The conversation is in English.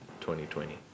2020